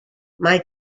mae